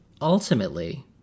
ultimately